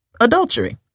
adultery